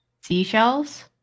seashells